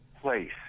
place